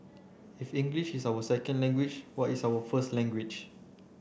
if English is our second language what is our first language